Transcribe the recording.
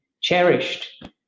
cherished